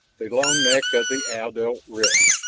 the long neck of the adult writhed,